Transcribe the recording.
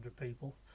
people